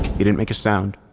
he didn't make a sound,